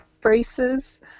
braces